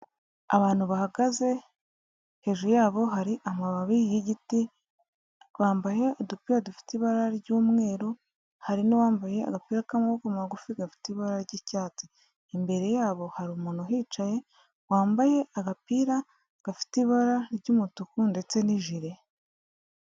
Abantu bahagaze hejuru yabo hari amababi y'igiti, bambaye udupira dufite ibara ry'umweru, hari n'uwambaye agapira k'amaboko magufi gafite ibara ry'icyatsi. Imbere yabo hari umuntu uhicaye wambaye agapira gafite ibara ry'umutuku ndetse n'ijire.